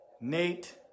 Nate